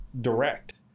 direct